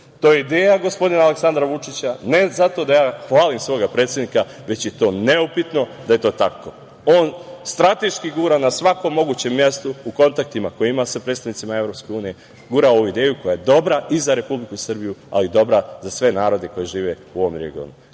je ideja gospodina Aleksandra Vučića, ne zato da ja hvalim svoga predsednika, već je to neupitno da je to tako. On strateški gura na svakom mogućem mestu u kontaktima koje ima sa predstavnicima EU, gura ideju koja je dobra i za Republiku Srbiju, a i dobra za sve narode koji žive u ovom